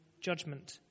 judgment